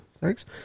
thanks